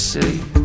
City